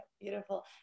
beautiful